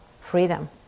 freedom